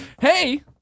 Hey